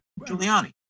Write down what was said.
Giuliani